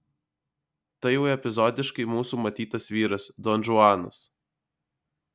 tai jau epizodiškai mūsų matytas vyras donžuanas